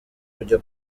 kujya